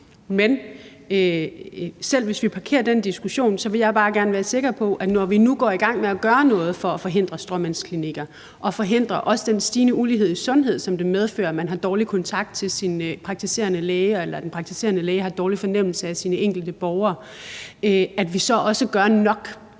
Men selv hvis vi parkerer den diskussion, vil jeg bare gerne være sikker på, at når vi nu går i gang med at gøre noget få at forhindre stråmandsklinikker og også forhindre den stigende ulighed i sundhed, som det medfører, fordi man har dårlig kontakt til sin praktiserende læge eller den praktiserende læge har dårlig fornemmelse for sine enkelte patienter, at vi så også gør nok.